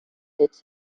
its